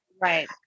Right